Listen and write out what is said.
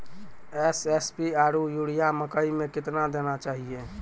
SSP आरु urea मकई मे कितना देना चाहिए?